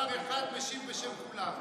ושר אחד משיב בשם כולם.